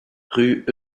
rue